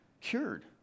cured